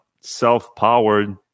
self-powered